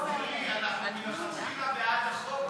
אנחנו מלכתחילה בעד החוק,